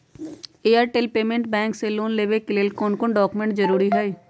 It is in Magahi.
एयरटेल पेमेंटस बैंक से लोन लेवे के ले कौन कौन डॉक्यूमेंट जरुरी होइ?